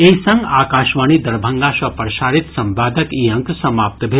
एहि संग आकाशवाणी दरभंगा सँ प्रसारित संवादक ई अंक समाप्त भेल